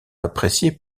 appréciés